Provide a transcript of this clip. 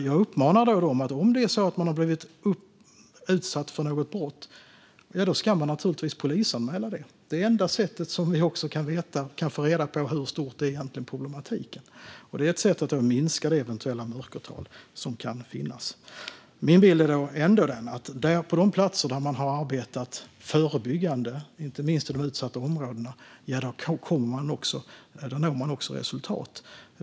Min uppmaning är att om man har blivit utsatt för något brott ska man naturligtvis polisanmäla det. Det är det enda sättet som vi också kan få reda på hur stor problematiken egentligen är, och det är ett sätt att minska det eventuella mörkertal som kan finnas. Min bild är ändå den att på de platser där man har arbetat förebyggande, inte minst i de utsatta områdena, når man resultat.